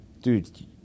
dude